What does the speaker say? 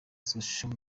social